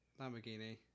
Lamborghini